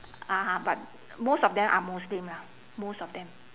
ah ha but most of them are muslim lah most of them